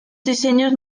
diseños